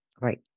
right